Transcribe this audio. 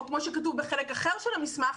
או כמו שכתוב בחלק אחר של המסמך,